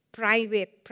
private